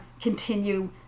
continue